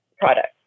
product